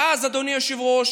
ואז, אדוני היושב-ראש,